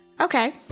Okay